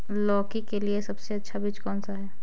लौकी के लिए सबसे अच्छा बीज कौन सा है?